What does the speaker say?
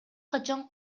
кандай